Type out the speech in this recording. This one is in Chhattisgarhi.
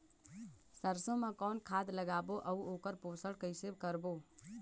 सरसो मा कौन खाद लगाबो अउ ओकर पोषण कइसे करबो?